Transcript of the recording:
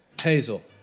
Hazel